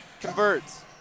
Converts